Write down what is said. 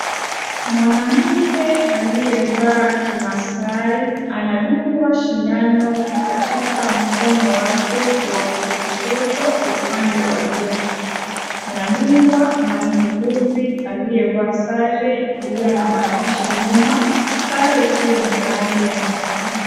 Mwanamke aliyevaa kimasaai anadungwa sindano katika mkono wake wa kushoto upande wa juu ,anadungwa na muuguzi aliyevaa sare iliyo na maandishi nyuma sare hiyo ni ya rangi ya manjano.